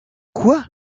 quoi